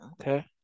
Okay